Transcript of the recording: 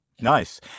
nice